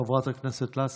חברת הכנסת גבי לסקי.